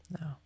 No